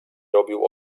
robił